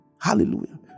hallelujah